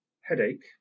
headache